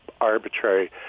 arbitrary